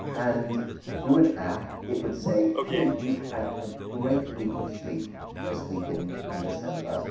and through an app, it would say, hey, you've had a great week of sleep this weekend in december,